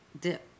dip